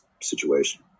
situation